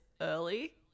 early